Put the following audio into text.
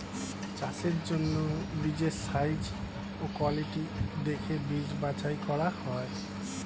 চাষের জন্য বীজের সাইজ ও কোয়ালিটি দেখে বীজ বাছাই করা হয়